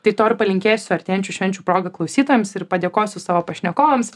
tai to ir palinkėsiu artėjančių švenčių proga klausytojams ir padėkosiu savo pašnekovams